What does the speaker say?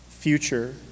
future